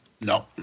no